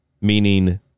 Meaning